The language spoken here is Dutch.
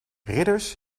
ridders